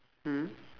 mm